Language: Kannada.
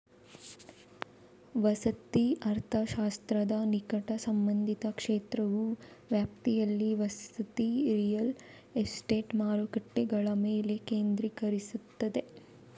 ವಸತಿ ಅರ್ಥಶಾಸ್ತ್ರದ ನಿಕಟ ಸಂಬಂಧಿತ ಕ್ಷೇತ್ರವು ವ್ಯಾಪ್ತಿಯಲ್ಲಿ ವಸತಿ ರಿಯಲ್ ಎಸ್ಟೇಟ್ ಮಾರುಕಟ್ಟೆಗಳ ಮೇಲೆ ಕೇಂದ್ರೀಕರಿಸುತ್ತದೆ